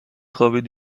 خوابید